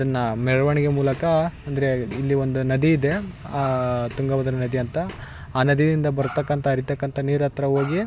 ಅದನ್ನು ಮೆರವಣಿಗೆ ಮೂಲಕ ಅಂದರೆ ಇಲ್ಲಿ ಒಂದು ನದಿಯಿದೆ ತುಂಗಭದ್ರ ನದಿ ಅಂತ ಆ ನದಿಯಿಂದ ಬರ್ತಕ್ಕಂಥ ಹರಿತಕ್ಕಂಥ ನೀರಹತ್ರ ಹೋಗಿ